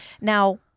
Now